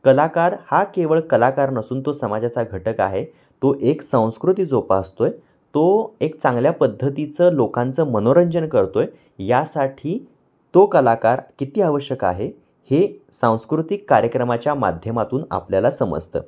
कलाकार हा केवळ कलाकार नसून तो समाजाचा घटक आहे तो एक संस्कृती जोपासतो आहे तो एक चांगल्या पद्धतीचं लोकांचं मनोरंजन करतो आहे यासाठी तो कलाकार किती आवश्यक आहे हे सांस्कृतिक कार्यक्रमाच्या माध्यमातून आपल्याला समजतं